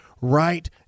right